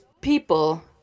people